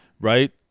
Right